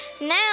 Now